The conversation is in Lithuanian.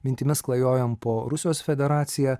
mintimis klajojam po rusijos federaciją